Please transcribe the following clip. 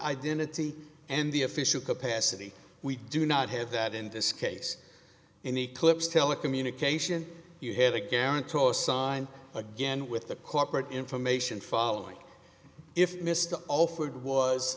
identity and the official capacity we do not have that in this case and eclipse telecommunications you have a guarantor signed again with the corporate information following if mr offered was